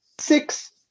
six